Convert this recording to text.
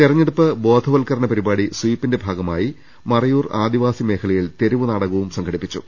തെരഞ്ഞെടുപ്പ് ബോധവൽക്കരണ പരിപാടി സ്വീപിന്റെ ഭാഗമായി മറയൂർ ആദിവാസി മേഖലയിൽ തെരുവ് നാടകവും സംഘടിപ്പിച്ചു